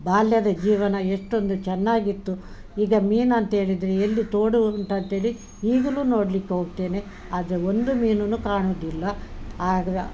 ಬಾಲ್ಯದ ಜೀವನ ಎಷ್ಟೊಂದು ಚೆನ್ನಾಗಿತ್ತು ಈಗ ಮೀನು ಅಂತ ಹೇಳಿದ್ರೆ ಎಲ್ಲಿ ತೋಡು ಉಂಟಂತೇಳಿ ಈಗಲೂ ನೋಡ್ಲಿಕ್ಕೆ ಹೋಗ್ತೇನೆ ಆದರೆ ಒಂದು ಮೀನುನು ಕಾಣುದಿಲ್ಲ ಆಗ